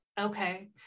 Okay